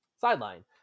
sideline